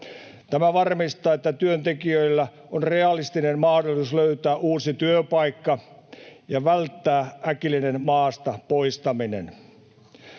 Tämä varmistaa, että työntekijöillä on realistinen mahdollisuus löytää uusi työpaikka ja välttää äkillinen maasta poistaminen.